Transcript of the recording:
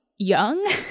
young